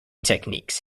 techniques